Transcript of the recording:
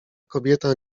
kobieta